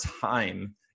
time